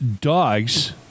dogs